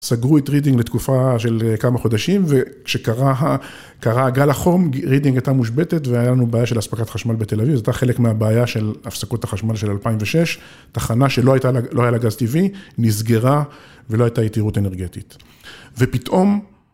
סגרו את רידינג לתקופה של כמה חודשים וכשקרה, קרה הגל החום, רידינג הייתה מושבתת והיה לנו בעיה של הספקת חשמל בתל אביב, זאת הייתה חלק מהבעיה של הפסקות החשמל של 2006, תחנה שלא הייתה, לא היה לה גז טבעי, נסגרה ולא הייתה יתירות אנרגטית. ופתאום...